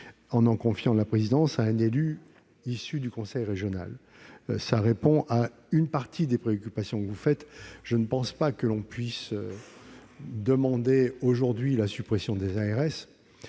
en en confiant la présidence à un élu issu du conseil régional, répondant ainsi à une partie de vos préoccupations. Il ne me semble pas que l'on puisse demander aujourd'hui la suppression des ARS